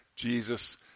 Jesus